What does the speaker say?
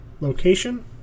location